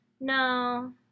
No